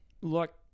Look